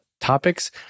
topics